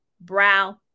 brow